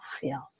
feels